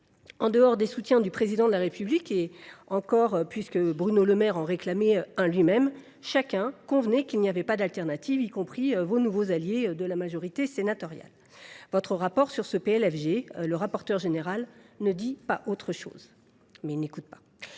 hormis les soutiens du Président de la République – et encore : Bruno Le Maire en réclamait un lui même !–, chacun convenait qu’il n’y avait pas d’autre solution, y compris vos nouveaux alliés de la majorité sénatoriale. Votre rapport sur ce PLFG, monsieur le rapporteur général, ne dit pas autre chose. Si le déficit a